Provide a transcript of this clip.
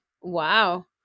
Wow